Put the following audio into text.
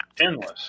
endless